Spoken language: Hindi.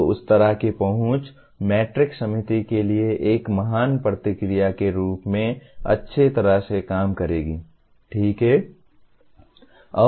तो उस तरह की पहुंच मैट्रिक्स समिति के लिए एक महान प्रतिक्रिया के रूप में अच्छी तरह से काम करेगी ठीक है